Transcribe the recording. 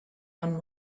one